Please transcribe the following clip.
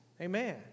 Amen